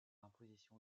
imposition